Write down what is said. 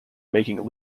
making